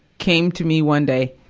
came to me one day,